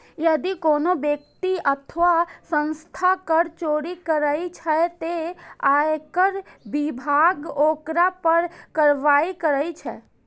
यदि कोनो व्यक्ति अथवा संस्था कर चोरी करै छै, ते आयकर विभाग ओकरा पर कार्रवाई करै छै